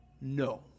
No